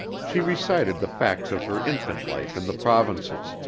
she recited the facts of her infant life in the provinces.